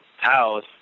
house